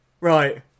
Right